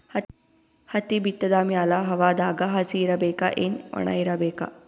ಹತ್ತಿ ಬಿತ್ತದ ಮ್ಯಾಲ ಹವಾದಾಗ ಹಸಿ ಇರಬೇಕಾ, ಏನ್ ಒಣಇರಬೇಕ?